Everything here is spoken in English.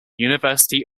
university